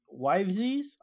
wivesies